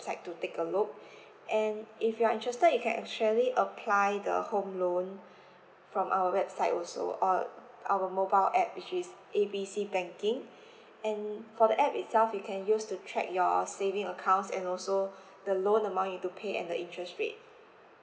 site to take a look and if you're interested you can actually apply the home loan from our website also or our mobile app which is A B C banking and for the app itself you can use to track your saving accounts and also the loan amount you need to pay and the interest rate